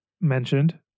mentioned